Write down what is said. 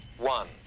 one.